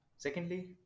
Secondly